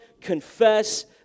confess